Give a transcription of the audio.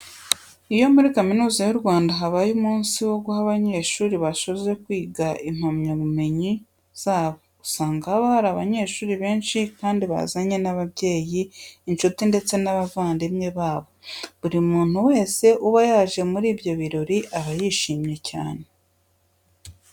Iyo muri Kaminuza y'u Rwanda habaye umunsi wo guha abanyeshuri basoje kwiga impamyabumenyi zabo, usanga haba hari abanyeshuri benshi kandi bazanye n'ababyeyi, inshuti ndetse n'abavandimwe babo. Buri muntu wese uba yaje muri ibyo birori aba yishimye cyane.